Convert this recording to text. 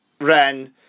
Ren